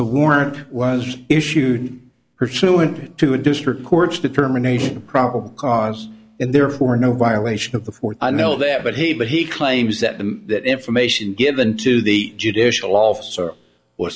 warrant was issued pursuant to a district court's determination probable cause and therefore no violation of the fourth i know that but he but he claims that the that information given to the judicial officer